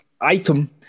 item